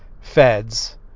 feds